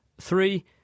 Three